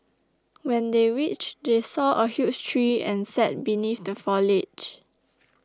when they reached they saw a huge tree and sat beneath the foliage